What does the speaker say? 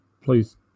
please